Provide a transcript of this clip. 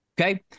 Okay